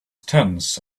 tense